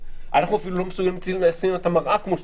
אנחנו אפילו לא מסוגלים לשים את המראה כמו שצריך,